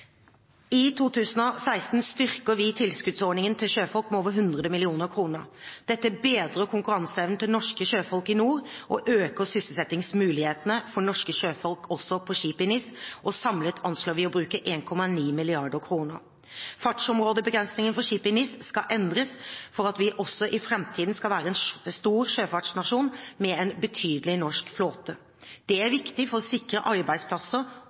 I 2016 styrker vi tilskuddsordningen til sjøfolk med over 100 mill. kr. Dette bedrer konkurranseevnen til norske sjøfolk i NOR og øker sysselsettingsmulighetene for norske sjøfolk også på skip i NIS. Samlet anslår vi å bruke 1,9 mrd. kr. Fartsområdebegrensningene for skip i NIS skal endres for at vi også i framtiden skal være en stor sjøfartsnasjon, med en betydelig norsk flåte. Det er viktig for å sikre arbeidsplasser